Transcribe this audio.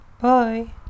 Bye